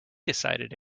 decided